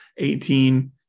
18